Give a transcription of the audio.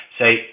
say